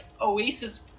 oasis